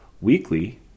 weekly